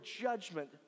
judgment